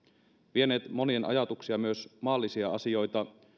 vieneet monien ajatuksia myös maallisia asioita